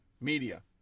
media